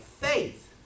faith